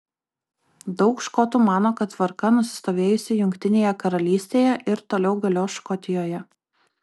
daug škotų mano kad tvarka nusistovėjusi jungtinėje karalystėje ir toliau galios škotijoje